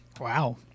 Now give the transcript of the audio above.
Wow